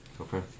Okay